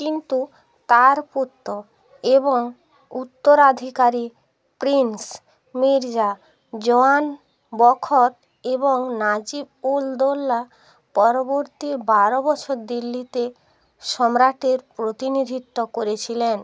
কিন্তু তার পুত্র এবং উত্তরাধিকারী প্রিন্স মির্জা জওয়ান বখত এবং নাজিব উল দৌলা পরবর্তী বারো বছর দিল্লিতে সম্রাটের প্রতিনিধিত্ব করেছিলেন